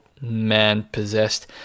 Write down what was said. man-possessed